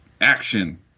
action